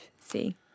see